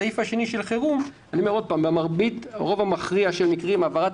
תקנת המשנה השנייה של החירום ברוב המכריע של המקרים העברת